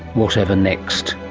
whatever next?